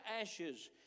ashes